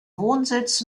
wohnsitz